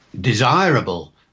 desirable